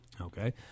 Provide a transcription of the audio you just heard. Okay